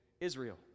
Israel